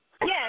Yes